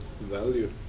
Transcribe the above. value